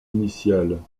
initiales